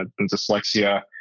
dyslexia